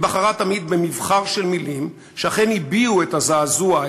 היא בחרה במבחר של מילים שאכן הביעו את הזעזוע,